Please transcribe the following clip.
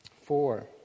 Four